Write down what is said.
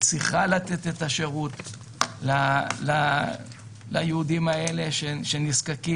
צריכה לתת את השירות ליהודים האלה שנזקקים.